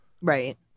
Right